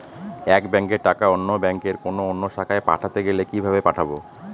এক ব্যাংকের টাকা অন্য ব্যাংকের কোন অন্য শাখায় পাঠাতে গেলে কিভাবে পাঠাবো?